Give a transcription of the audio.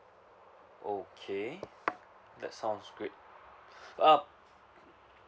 okay that's sounds great uh